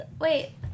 Wait